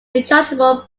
rechargeable